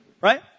Right